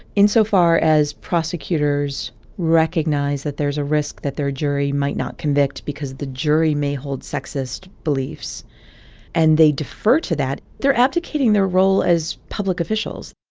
in so far as prosecutors recognize that there is a risk that their jury might not convict because the jury may hold sexist beliefs and they defer to that, they're abdicating their role as public officials